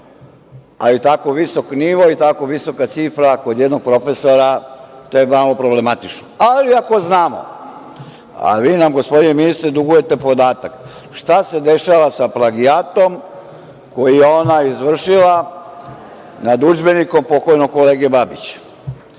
ali tako visok nivo i tako visoka cifra kod jednog profesora, to je malo problematično. Ali, ako znamo, a vi nam gospodine ministre dugujete podatak, šta se dešava sa plagijatom koji je ona izvršila nad udžbenikom pokojnog kolege Babića,